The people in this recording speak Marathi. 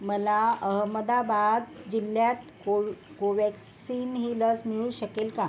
मला अहमदाबाद जिल्ह्यात को कोवॅक्सिन ही लस मिळू शकेल का